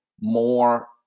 more